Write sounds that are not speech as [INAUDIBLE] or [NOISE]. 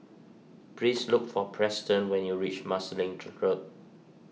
please look for Preston when you reach Marsiling [NOISE] Road